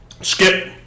Skip